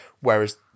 Whereas